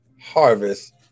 harvest